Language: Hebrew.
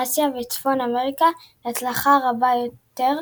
אסיה וצפון אמריקה להצלחה רבה יותר,